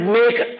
make